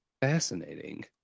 Fascinating